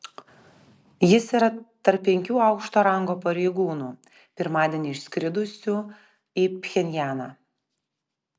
jis yra tarp penkių aukšto rango pareigūnų pirmadienį išskridusių į pchenjaną